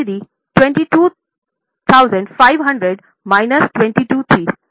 कुल खरीदी 27500 माइनस 22 थी